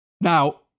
Now